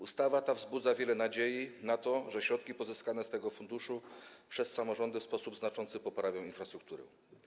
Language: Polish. Ustawa ta wzbudza wiele nadziei na to, że środki pozyskane z tego funduszu przez samorządy w sposób znaczący poprawią infrastrukturę.